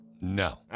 No